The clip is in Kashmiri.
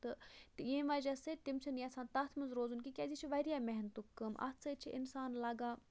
تہٕ ییٚمہِ وَجہ سۭتۍ تِم چھِنہٕ یَژھان تَتھ منٛز روزُن کینٛہہ کیازِ یہِ چھِ واریاہ محینٛتُک کٲم اَتھ سۭتۍ چھ اِنسان لَگان